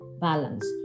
balance